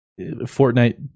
Fortnite